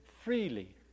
freely